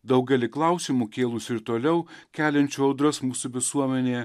daugelį klausimų kėlusių ir toliau keliančių audras mūsų visuomenėje